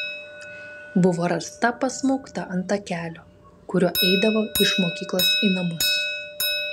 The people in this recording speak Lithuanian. buvo rasta pasmaugta ant takelio kuriuo eidavo iš mokyklos į namus